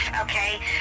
okay